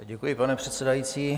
Děkuji, pane předsedající.